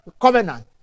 covenant